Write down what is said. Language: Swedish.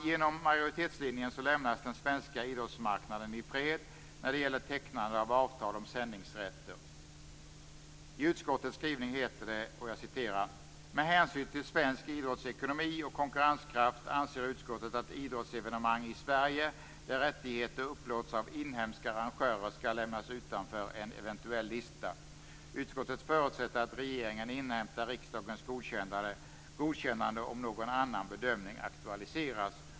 Genom majoritetslinjen lämnas den svenska idrottsmarknaden i fred när det gäller tecknande av avtal om sändningsrätter. I utskottets skrivning står det: "Med hänsyn till svensk idrotts ekonomi och konkurrenskraft anser utskottet därför att idrottsevenemang i Sverige där rättigheter upplåts av inhemska arrangörer skall lämnas utanför en eventuell lista. Utskottet förutsätter att regeringen inhämtar riksdagens godkännande om någon annan bedömning aktualiseras."